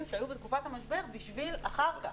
שהיו בתקופת המשבר בשביל התקופה שאחר כך.